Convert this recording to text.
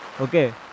okay